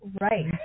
Right